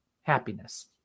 happiness